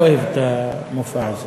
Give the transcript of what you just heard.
אני לא אוהב את המופע הזה.